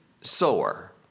sower